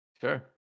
sure